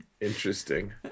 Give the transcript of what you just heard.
Interesting